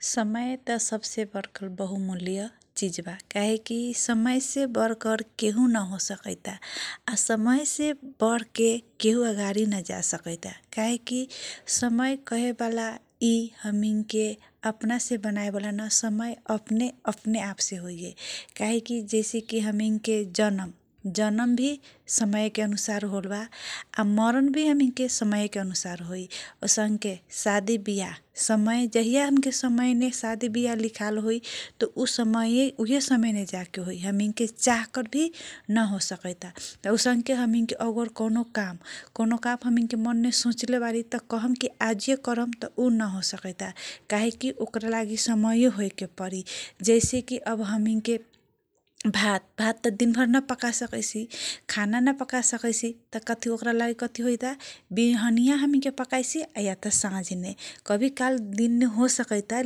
समय सबसे बहुमूल्य चिज बा क्याहेकी समय बरका केहुन हो सकैता समय से बर्के अगाडि नजा सकैता काहे कि समय कहेवाला यी हामी के आपना से बनाएवाला ना समय अपने आपसे होइए काहेकी जैसे कि जनम भि समय के अनुसार होएल बा मरण भी समय के अनुसार होइ औसन के सादी बिया जहिया समय लिखाल होइ उहे समय सादी बिहा होइ हामी के न हो सकैता असाङ्के हामी के कौनो काम मनमे स्वचलेबारी कहम कि आजु करम त उ नहो सकी चाहेकी ओकारा लागि समय होइ के परि जैसेकी अब हामी के भात दिनभर नपकाई सकैसी खाना नपकाइसकेसी त ओकरा लागि बिहानी पकाइसी आ साँझ मे कफीकाल दिनमे हो सकैता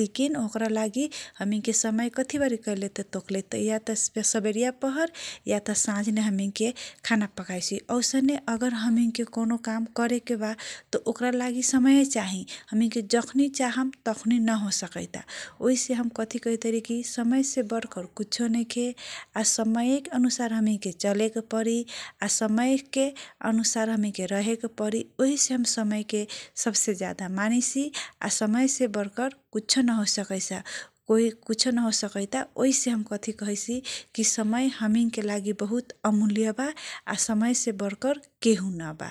लेकिन ओकारा लागि हामी के समय कति कहिले बारी त आ सबेरिया पहर या साझामे अमिन काम करेके बा ओक्रा लागि समय चाहिँ जखुनी चाहम उने नहोस् सकैता ओहिसे हम कथी कहतारी कि समय से वर्कर कुच्छना हो कि समय के अनुसार हामी के चलेके परी या समय के अनुसार हामी के रहेके परी वहिसे हमिंग के समय के ज्यादा मानसि समय से बर्कर कुच्छो नाहो सकैता हम कथी कहैसी कि समय हमिन के लागि बहुत अमूल्यवा समय वर्कर के हुन बा ।